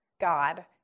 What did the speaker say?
God